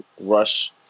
rush